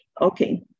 Okay